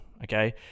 Okay